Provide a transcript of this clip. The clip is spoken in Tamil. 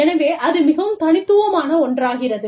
எனவே அது மிகவும் தனித்துவமான ஒன்றாகிறது